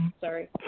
Sorry